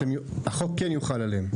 החוק כן יוחל עליהם?